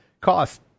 cost